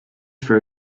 for